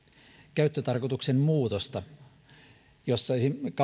käyttötarkoituksen muutosta jossa